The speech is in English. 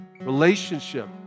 relationship